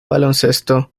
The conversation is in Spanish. baloncesto